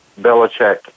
Belichick